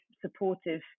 supportive